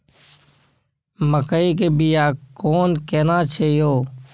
मकई के बिया केना कोन छै यो?